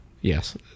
Yes